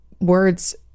words